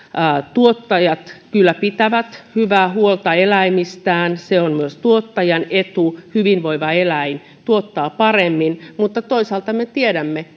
tuottajat kyllä pitävät hyvää huolta eläimistään se on myös tuottajan etu hyvinvoiva eläin tuottaa paremmin mutta toisaalta me tiedämme